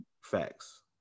Facts